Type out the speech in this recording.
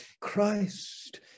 Christ